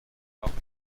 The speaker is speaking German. auch